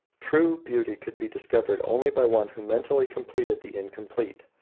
true beauty could be discovered only by one who mentally completed the incomplete.